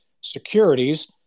securities